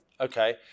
Okay